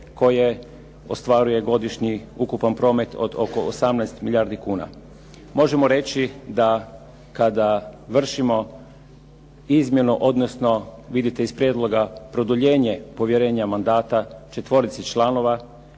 koje ostvaruje godišnji ukupan promet od oko 18 milijardi kuna. Možemo reći da kada vršimo izmjenu, odnosno vidite iz prijedloga produljenje povjerenja mandata četvorici članova